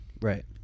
Right